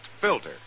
filter